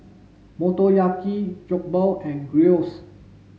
Motoyaki Jokbal and Gyros